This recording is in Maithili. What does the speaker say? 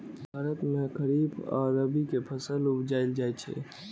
भारत मे खरीफ आ रबी के फसल उपजाएल जाइ छै